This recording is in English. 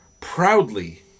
proudly